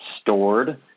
stored